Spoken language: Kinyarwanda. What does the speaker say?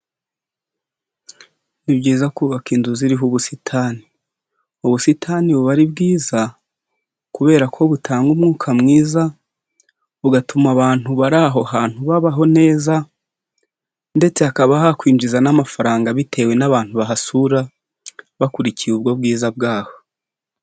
Ni byiza kubaka inzu ziriho ubusitani. Ubusitani buba ari bwiza kubera ko butanga umwuka mwiza bugatuma abantu bari aho hantu babaho neza, ndetse hakaba hakwinjiza n'amafaranga bitewe n'abantu bahasura bakurikiye ubwo bwiza bwaho.